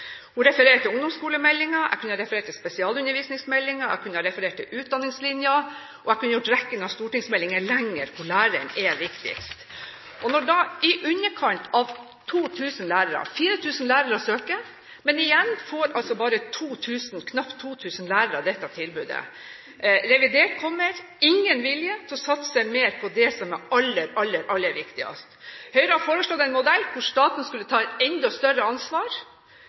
Hun refererte til ungdomsskolemeldingen. Jeg kunne referert til spesialundervisningsmeldingen, jeg kunne referert til utdanningslinjen, og jeg kunne gjort rekken av stortingsmeldinger hvor læring er viktigst, lenger. 4 000 lærere søker, men igjen – knapt 2 000 lærere får dette tilbudet. Revidert kom uten vilje til å satse mer på det som er aller viktigst. Høyre har foreslått en modell hvor staten skulle ta et enda større ansvar